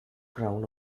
crown